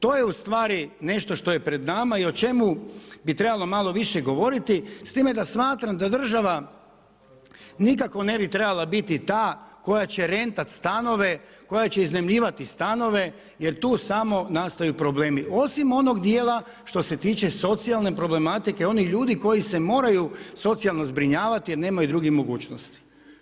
To je u stvari nešto što je pred nama i o čemu bi trebalo malo više govoriti s time da smatram da država nikako ne bi trebala biti ta koja će rentat stanove, koja će iznajmljivat stanove jer tu samo nastaju problemi osim onog dijela što se tiče socijalne problematike onih ljudi koji se moraju socijalno zbrinjavati jer nemaju drugih mogućnosti.